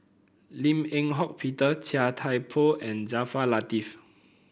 Lim Eng Hock Peter Chia Thye Poh and Jaafar Latiff